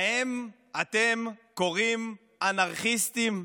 להם אתם קוראים "אנרכיסטים"?